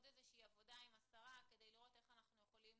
עבודה עם השרה כדי לראות איך אנחנו יכולים